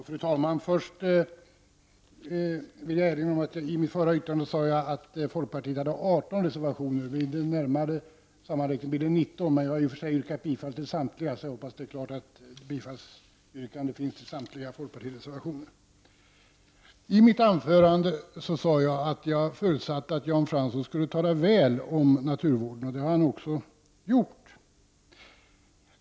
Fru talman! Först vill jag erinra om att jag i mitt förra yttrande sade att folkpartiet hade 18 reservationer. Vid en närmare sammanräkning blir det 19. Jag har i och för sig yrkat bifall till samtliga, så jag hoppas att det är klart att bifallsyrkandet gäller samtliga folkpartireservationer. I mitt anförande sade jag att jag förutsatte att Jan Fransson skulle tala väl om naturvården, och det har han också gjort.